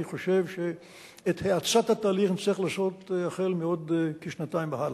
אני חושב שאת האצת התהליך נצטרך לעשות החל בעוד כשנתיים והלאה.